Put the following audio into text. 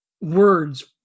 words